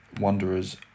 Wanderers